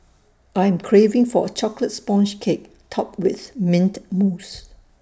I am craving for A Chocolate Sponge Cake Topped with Mint Mousse